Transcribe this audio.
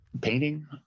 painting